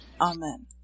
Amen